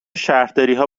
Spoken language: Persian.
شهرداریها